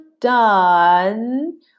done